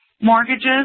mortgages